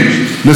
לבדואים,